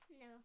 No